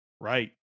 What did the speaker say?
Right